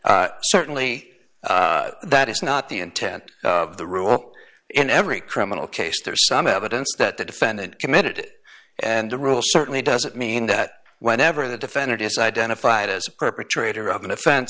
them certainly that is not the intent of the rule in every criminal case there is some evidence that the defendant committed and the rule certainly doesn't mean that whenever the defendant is identified as a perpetrator of an offen